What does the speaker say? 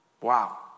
Wow